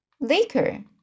Liquor